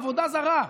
עבודה זרה.